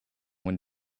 when